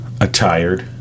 attired